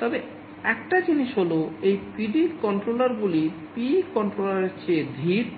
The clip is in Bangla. তবে একটা জিনিস হল এই PD কন্ট্রোলারগুলি P কন্ট্রোলারের চেয়ে ধীরগুলি